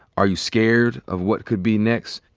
are you scared of what could be next?